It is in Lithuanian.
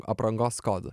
aprangos kodu